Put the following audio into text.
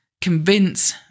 convince